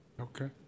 Okay